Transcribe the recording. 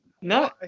no